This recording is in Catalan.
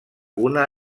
una